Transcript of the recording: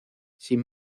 sin